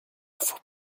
faut